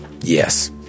Yes